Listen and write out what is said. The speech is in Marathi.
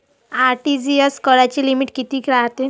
आर.टी.जी.एस कराची लिमिट कितीक रायते?